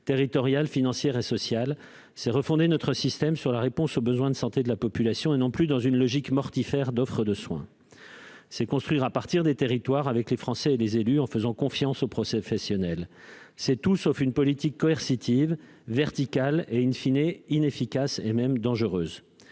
territoriales, financières ou sociales, c'est refonder notre système sur la réponse aux besoins de santé de la population et non plus sur une logique mortifère d'offre de soins. C'est construire à partir des territoires, avec les Français et les élus, en faisant confiance aux professionnels. C'est tout sauf une politique coercitive, verticale, en définitive inefficace et même dangereuse.